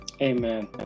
Amen